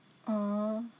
oh